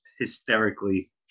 hysterically